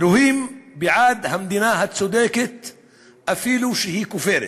אלוהים בעד המדינה הצודקת, אפילו שהיא כופרת.